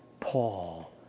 Paul